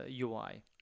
UI